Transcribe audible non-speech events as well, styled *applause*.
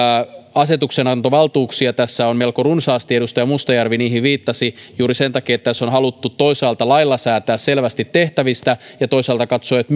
asetuksenantovaltuuksia tässä on melko runsaasti edustaja mustajärvi niihin viittasi juuri sen takia että tässä on haluttu toisaalta lailla säätää selvästi tehtävistä ja toisaalta katsoa että *unintelligible*